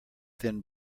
thin